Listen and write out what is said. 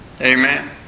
Amen